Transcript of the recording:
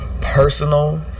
personal